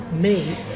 made